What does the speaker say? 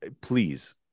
please